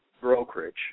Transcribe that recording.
brokerage